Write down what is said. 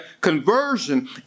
conversion